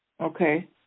Okay